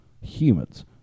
humans